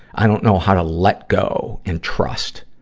i don't know how to let go and trust.